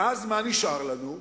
ואז מה נשאר לנו?